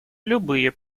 любые